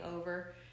over